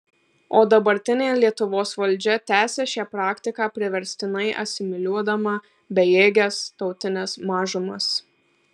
o dabartinė lietuvos valdžia tęsia šią praktiką priverstinai asimiliuodama bejėges tautines mažumas